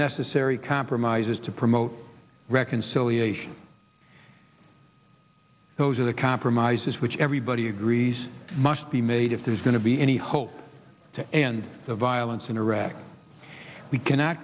necessary compromises to promote reconciliation those are the compromises which everybody agrees must be made if there's going to be any hope to end the violence in iraq we can